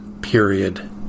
period